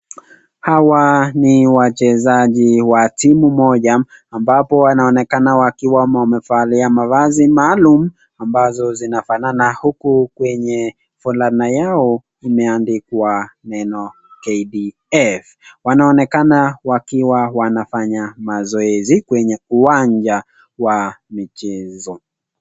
Hawa ni wachezaji wa timu moja ambapo wanaonekana wakiwa ama wamevalia mavazi maalum ambazo zinafanana huku kwenye fulana yao imeandikwa neno KDF. Wanaonekana wakiwa wanafanya mazoezi kwenye uwanja wa michezo.